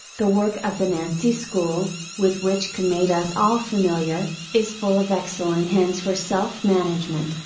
the work of the nancy school, with which coue made us all familiar, is full of excellent hints for self management,